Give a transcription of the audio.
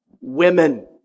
women